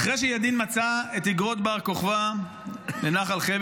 אחרי שידין מצא את אגרות בר-כוכבא בנחל חבר